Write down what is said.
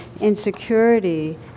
insecurity